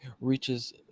reaches